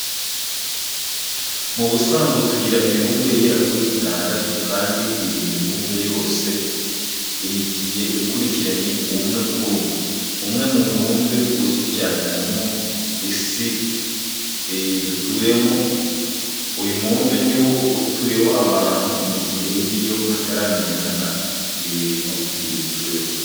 Mu busanzwe tugira imibumbe igera kuri itandatu kandi iyi mibumbe yose igiye ikurikiranye umwe kuri umwe. Umwe mu mibumbe uzwi cyane harimo iyi si dutuyemo. Uyu mubumbe ni wo utuyeho abantu mu gihe indi yo hataramenyekana ibintu biyituyeho.